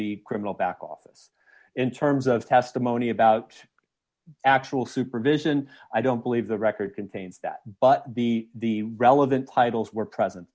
the criminal back office in terms of testimony about actual supervision i don't believe the record contains that but be the relevant puddles were present